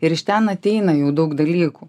ir iš ten ateina jau daug dalykų